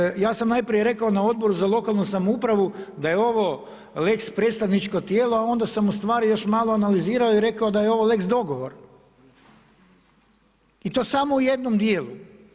Uglavnom ja sam najprije rekao na Odboru za lokalnu samoupravu da je ovo lex predstavničko tijelo, a onda sam u stvari još malo analizirao i rekao da je ovo lex dogovor i to samo u jednom dijelu.